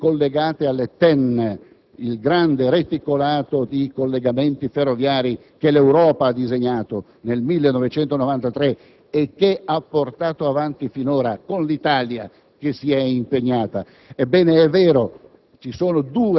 le reti collegate alle TEN, il grande reticolato di collegamenti ferroviari che l'Europa ha disegnato nel 1993 e che ha portato avanti finora con l'Italia, che si è impegnata al